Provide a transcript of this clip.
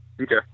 Okay